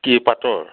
কি পাটৰ